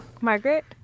Margaret